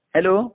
Hello